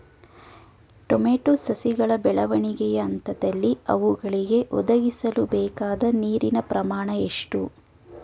Tomato ಸಸಿಗಳ ಬೆಳವಣಿಗೆಯ ಹಂತದಲ್ಲಿ ಅವುಗಳಿಗೆ ಒದಗಿಸಲುಬೇಕಾದ ನೀರಿನ ಪ್ರಮಾಣ ಎಷ್ಟು?